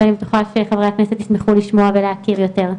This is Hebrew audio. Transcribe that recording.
ואני בטוחה שחברי הכנסת ישמחו לשמוע ולהבין יותר.